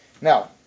Now